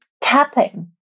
tapping